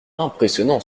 impressionnant